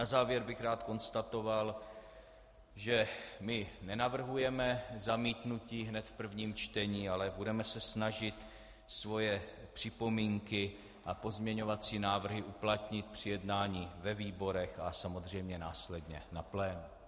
Na závěr bych rád konstatoval, že my nenavrhujeme zamítnutí hned v prvním čtení, ale budeme se snažit svoje připomínky a pozměňovací návrhy uplatnit při jednání ve výborech a samozřejmě následně na plénu.